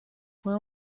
fue